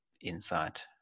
insight